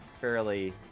fairly